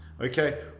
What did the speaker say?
okay